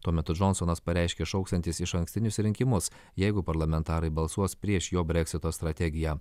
tuo metu džonsonas pareiškė šauksiantis išankstinius rinkimus jeigu parlamentarai balsuos prieš jo breksito strategiją